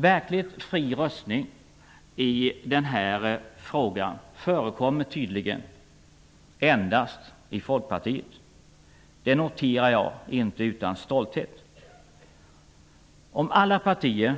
Verkligt fri röstning i den här frågan förekommer tydligen endast i Folkpartiet. Det noterar jag inte utan stolthet. Om alla partier